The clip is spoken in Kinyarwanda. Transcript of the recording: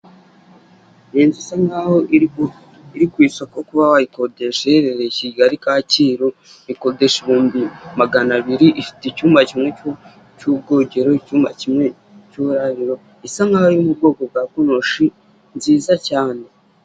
Inzu ikodeshwa kacyiru mu mujyi wa kigali ikaba ikodeshwa amafaranga igihumbi na magana atanu by'amadolari hakaba harimo firigo ndetse n'ibindi bikoresho byo mu gikoni .